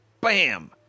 bam